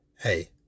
hey